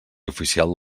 oficial